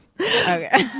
okay